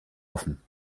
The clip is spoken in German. offen